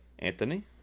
Anthony